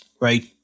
right